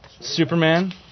Superman